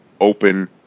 open